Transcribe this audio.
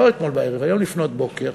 לא אתמול בערב, היום לפנות בוקר